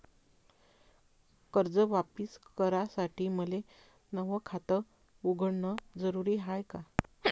कर्ज वापिस करासाठी मले नव खात उघडन जरुरी हाय का?